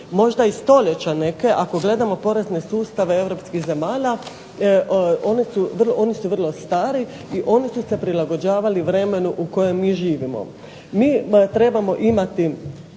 možda i stoljeća neke ako gledamo porezne sustave europskih zemalja oni su vrlo stari i oni su se prilagođavali vremenu u kojem mi živimo. Mi trebamo imati